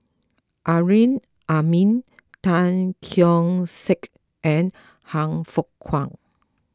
Amrin Amin Tan Keong Saik and Han Fook Kwang